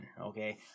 okay